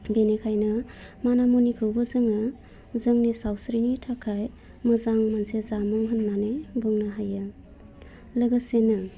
बिनिखायनो मानिमुनिखौबो जोङो जोंनि सावस्रिनि थाखाय मोजां मोनसे जामुं होन्नानै बुंनो हायो लोगोसेनो